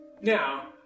Now